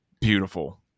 beautiful